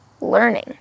learning